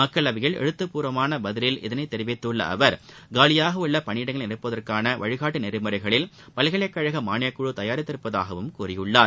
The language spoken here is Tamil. மக்களவையில் எழுத்துப்பூர்வமான பதிலில் இதை தெரிவித்துள்ள அவர் காலியாக உள்ள பணியிடங்களை நிரப்புவதற்கான வழிகாட்டு நெறிமுறைகளில் பல்கலைக்கழக மானியக் குழு தயாரித்துள்ளதாகவும் கூறியுள்ளார்